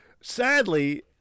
sadly